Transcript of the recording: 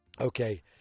okay